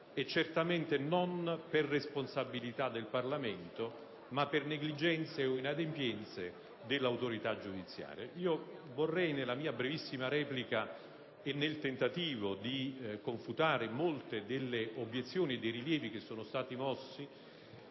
certamente non per responsabilità del Parlamento, ma per negligenze o inadempienze dell'autorità giudiziaria. Nella mia brevissima replica e nel tentativo di confutare molte delle obiezioni e dei rilievi che sono stati mossi,